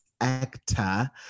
actor